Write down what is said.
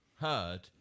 heard